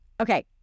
Okay